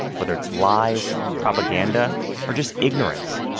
whether it's lies, propaganda or just ignorance,